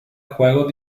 juegos